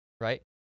right